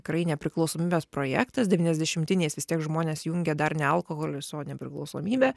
tikrai nepriklausomybės projektas devyniasdešimtiniais vis tiek žmones jungė dar ne alkoholis o nepriklausomybė